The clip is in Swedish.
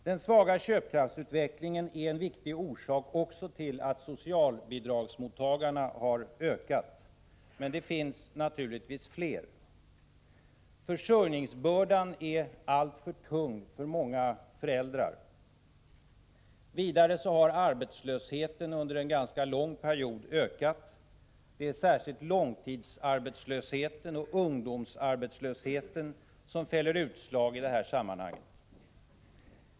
Den svaga köpkraftsutvecklingen är också en viktig orsak till att antalet socialbidragsmottagare ökat. Men det finns naturligtvis fler. Försörjningsbördan är alltför tung för många föräldrar. Vidare har arbetslösheten stigit under en lång period. Det är särskilt långtidsarbetslösheten och ungdomsarbetslösheten som fäller utslag i detta sammanhang.